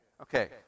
Okay